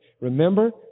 Remember